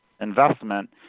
investment